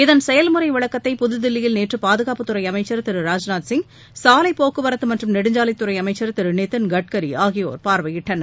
இதன் செயல்முறை விளக்கத்தை புதுதில்லியில் நேற்று பாதுகாப்புத்துறை அமைச்சர் திரு ராஜ்நூத் சிங் சாலைப் போக்குவரத்து மற்றும் நெடுஞ்சாலைத்துறை அமைச்சர் திரு நிதின் கட்சரி ஆகியோர் பார்வையிட்டனர்